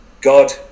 God